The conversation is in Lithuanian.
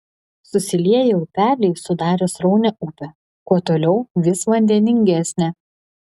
susilieję upeliai sudarė sraunią upę kuo toliau vis vandeningesnę